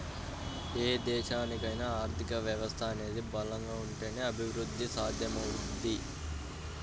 ఏ దేశానికైనా ఆర్థిక వ్యవస్థ అనేది బలంగా ఉంటేనే అభిరుద్ధి సాధ్యమవుద్ది